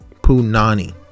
Punani